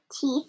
teeth